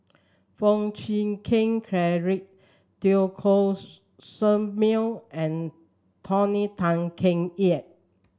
Foo Chee Keng Cedric Teo Koh Sock Miang and Tony Tan Keng Yam